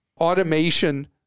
automation